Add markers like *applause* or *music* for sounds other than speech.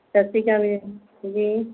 ਸਤਿ ਸ਼੍ਰੀ ਅਕਾਲ *unintelligible* ਜੀ